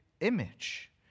image